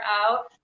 out